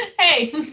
Hey